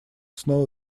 снова